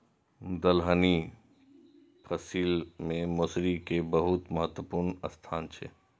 दलहनी फसिल मे मौसरी के बहुत महत्वपूर्ण स्थान छै